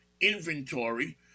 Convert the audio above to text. inventory